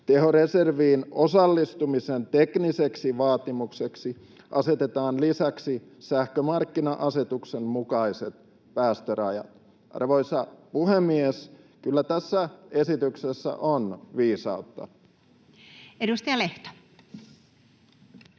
Tehoreserviin osallistumisen tekniseksi vaatimukseksi asetetaan lisäksi sähkömarkkina-asetuksen mukaiset päästörajat. Arvoisa puhemies! Kyllä tässä esityksessä on viisautta. [Speech